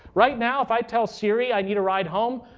right now if i tell siri i need a ride home